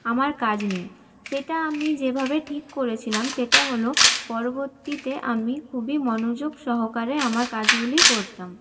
আমার কাজ নিয়ে সেটা আমি যেভাবে ঠিক করেছিলাম সেটা হলো পরবর্তীতে আমি খুবই মনোযোগ সহকারে আমার কাজগুলি করতাম